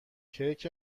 کیک